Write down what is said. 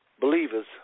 Believers